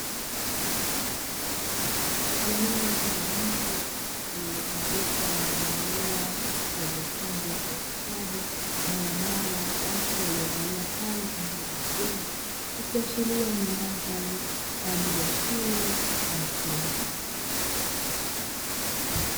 Eneo la nje lilizozungukwa na maua yaliyochongwa kwa ustadi, barabara, watu waliovalia sare pamoja na majengo; ikiashiria ni mandhari kwa ajili ya shule ya msingi.